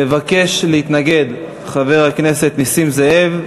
מבקש להתנגד, חבר הכנסת נסים זאב.